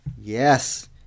Yes